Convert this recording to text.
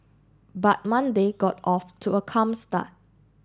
but Monday got off to a calm start